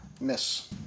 Miss